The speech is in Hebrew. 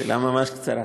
שאלה ממש קצרה.